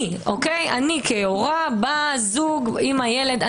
בא זוג עם הילד,